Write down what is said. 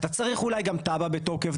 אתה צריך אולי גם תב"ע בתוקף.